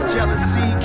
Jealousy